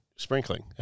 Sprinkling